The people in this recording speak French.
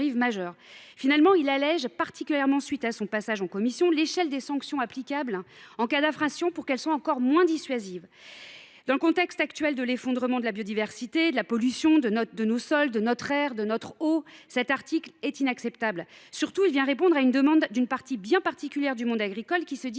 En outre, particulièrement à la suite de son passage en commission, le texte tend à alléger l’échelle des sanctions applicables en cas d’infraction, pour les rendre encore moins dissuasives. Dans le contexte actuel d’effondrement de la biodiversité et de pollution de nos sols, de notre air et de notre eau, cet article est inacceptable. Surtout, il vient répondre à une demande d’une partie bien particulière du monde agricole, qui se dit